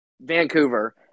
Vancouver